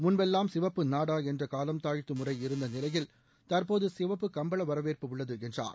முன்பெல்லாம் சிவப்பு நாடா என்ற காலம் தாழ்த்தும் முறை இருந்த நிலையில் தற்போது சிவப்பு கம்பள வரவேற்பு உள்ளது என்றார்